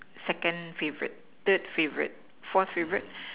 second favourite third favourite fourth favourite